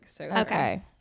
Okay